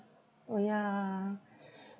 oh yeah